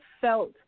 felt